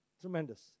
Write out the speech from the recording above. Tremendous